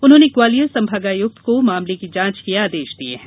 उन्होंने ग्वालियर संभागायुक्त को मामले की जांच के आदेश दिए हैं